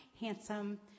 handsome